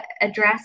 address